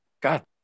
God